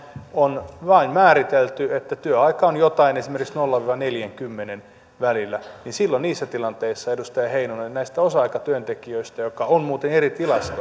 on määritelty vain että työaika on jotain esimerkiksi nolla ja neljänkymmenen välillä niin silloin niissä tilanteissa edustaja heinonen näistä osa aikatyöntekijöistä jotka ovat muuten eri